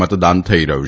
મતદાન થઈ રહ્યું છે